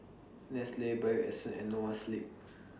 Nestle Bio Essence and Noa Sleep